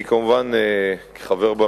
אני, כמובן, כחבר בממשלה,